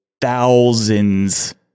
thousands